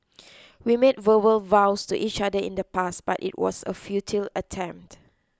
we made verbal vows to each other in the past but it was a futile attempt